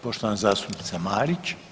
Poštovana zastupnica Marić.